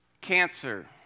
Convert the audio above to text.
cancer